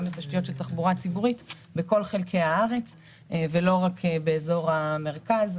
תשתיות לתחבורה ציבורית בכל חלקי הארץ ולא רק באזור המרכז.